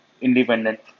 Independent